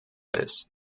ist